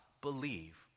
believe